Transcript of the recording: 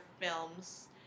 films